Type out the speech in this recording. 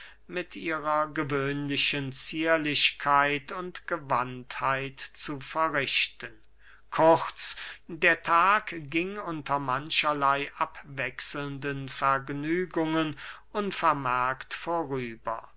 mit ihrer gewöhnlichen zierlichkeit und gewandtheit zu verrichten kurz der tag ging unter mancherley abwechselnden vergnügungen unvermerkt vorüber